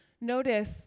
notice